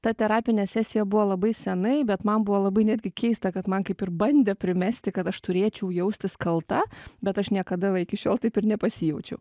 ta terapinė sesija buvo labai senai bet man buvo labai netgi keista kad man kaip ir bandė primesti kad aš turėčiau jaustis kalta bet aš niekada va iki šiol taip ir nepasijaučiau